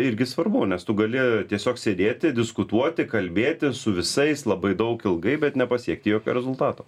irgi svarbu nes tu gali tiesiog sėdėti diskutuoti kalbėtis su visais labai daug ilgai bet nepasiekti jokio rezultato